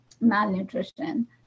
malnutrition